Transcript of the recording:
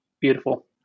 Beautiful